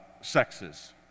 sexes